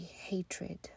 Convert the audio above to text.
hatred